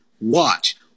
watch